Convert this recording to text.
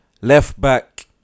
Left-back